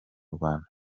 rwanda